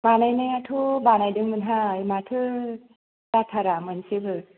बानायाथ' बानायदोंमोनहाय माथो जाथारा मोनसेबो